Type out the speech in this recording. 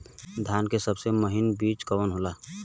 धान के सबसे महीन बिज कवन होला?